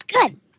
Good